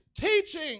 teaching